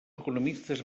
economistes